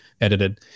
edited